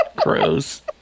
gross